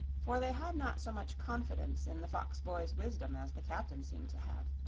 for they had not so much confidence in the fox-boy's wisdom as the captain seemed to have.